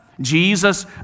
Jesus